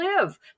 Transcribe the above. live